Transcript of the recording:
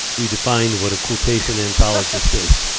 we defined what a quotation anthologist is.